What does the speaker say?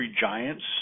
giants